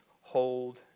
hold